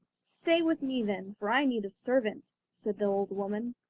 stay with me, then, for i need a servant said the old woman.